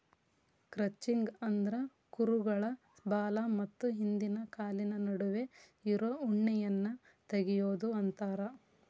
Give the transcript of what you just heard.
crutching ಅಂದ್ರ ಕುರುಗಳ ಬಾಲ ಮತ್ತ ಹಿಂದಿನ ಕಾಲಿನ ನಡುವೆ ಇರೋ ಉಣ್ಣೆಯನ್ನ ತಗಿಯೋದು ಅಂತಾರ